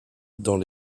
dans